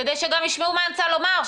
שישמעו מה אני רוצה לומר,